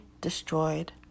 destroyed